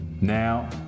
Now